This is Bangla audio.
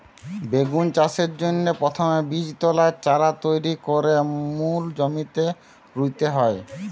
বেগুন চাষের জন্যে প্রথমে বীজতলায় চারা তৈরি কোরে মূল জমিতে রুইতে হয়